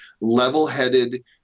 level-headed